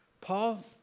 Paul